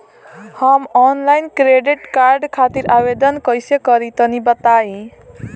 हम online credit card खातिर आवेदन कइसे करि तनि बताई?